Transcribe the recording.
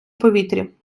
повітрі